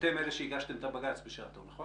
אתם אלה שהגשתם את הבג"ץ בשעתו, נכון?